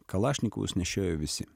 kalašnikovus nešiojo visi